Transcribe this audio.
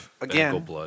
Again